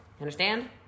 understand